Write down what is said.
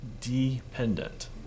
dependent